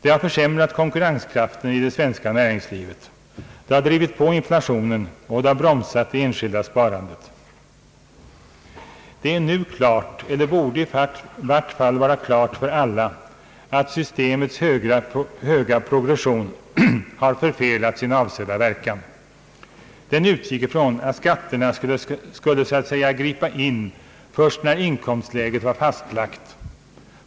Det har försämrat konkurrenskraf ten i det svenska näringslivet, drivit på inflationen och bromsat det enskilda sparandet. Numera står det nog klart för alla, eller borde i vart fall göra det, att systemets höga progression har förfelat sin avsedda verkan. Den utgick från att skatterna skulle så att säga gripa in först när inkomstläget var fastlagt.